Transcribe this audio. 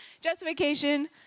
Justification